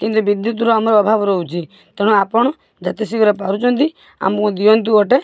କିନ୍ତୁ ବିଦ୍ୟୁତର ଆମର ଅଭାବ ରହୁଛି ତେଣୁ ଆପଣ ଯେତେ ଶୀଘ୍ର ପାରୁଛନ୍ତି ଆମୁକୁ ଦିଅନ୍ତୁ ଗୋଟେ